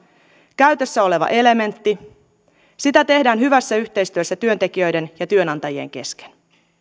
käytössä oleva elementti sitä tehdään hyvässä yhteistyössä työntekijöiden ja työnantajien kesken